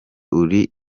uri